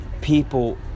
people